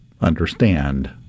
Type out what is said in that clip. understand